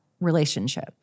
relationship